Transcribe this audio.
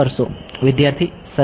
વિદ્યાર્થી સરેરાશ